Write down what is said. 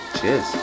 cheers